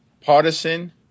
partisan